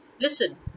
listen